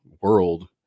world